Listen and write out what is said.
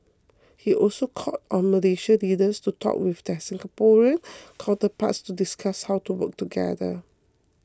he also called on Malaysian leaders to talk with their Singaporean counterparts to discuss how to work together